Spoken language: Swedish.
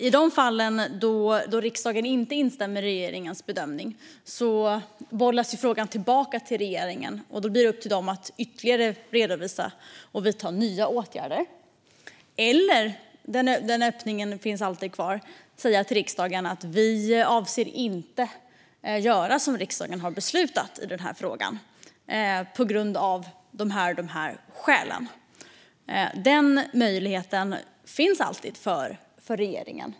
I de fall då riksdagen inte instämmer i regeringens bedömning bollas frågan tillbaka till regeringen, och då blir det upp till regeringen att ytterligare redovisa och vidta nya åtgärder eller säga till riksdagen: Vi avser inte att göra som riksdagen har beslutat i den här frågan på grund av de här och de här skälen. Den möjligheten finns alltid för regeringen.